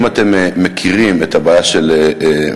האם אתם מכירים את הבעיה של הפסקת